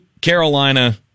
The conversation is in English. Carolina